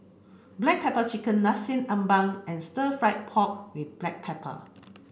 black pepper chicken Nasi Ambeng and stir fry pork with black pepper